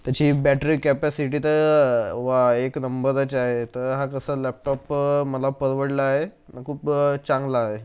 त्याची battery capacity तर वा एक नंबरच आहे तर हा कसा लॅपटॉप मला परवडला आहे खूप चांगला आहे